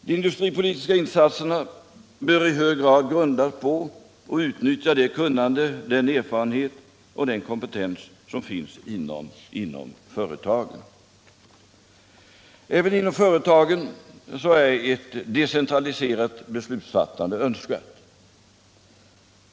——-- De industripolitiska insatserna bör i hög grad grundas på och utnyttja det kunnande, den erfarenhet och den kompetens som finns inom företagen. Även inom företagen är ett decentraliserat beslutsfattande önskvärt.